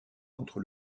entre